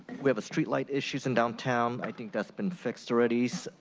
we have a street light issue and downtown. i think that's been fixed already. so